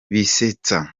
bisetsa